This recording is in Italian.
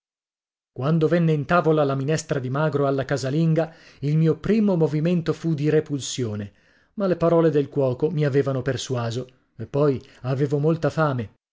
quando venne in tavola la minestra di magro alla casalinga il mio primo movimento fu di repulsione ma le parole del cuoco mi avevano persuaso e poi avevo molta fame